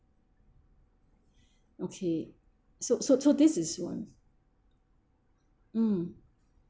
okay so so so this is ones mm